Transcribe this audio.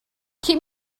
keep